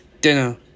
dinner